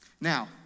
Now